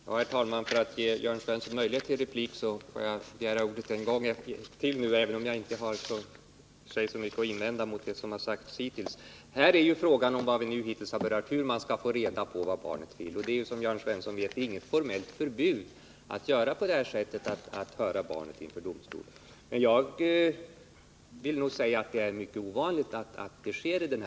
Herr talman! För att ge Jörn Svensson möjlighet till replik begärde jag ordet än en gång, även om jag i och för sig inte har så mycket att invända mot vad som hittills har sagts. Det är ju fråga om hur man skall få reda på vad barnet vill. Det är som Jörn Svensson vet inget formellt förbud mot att höra barnet inför domstol. Men jag vill påstå att det är mycket ovanligt att detta sker.